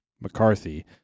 McCarthy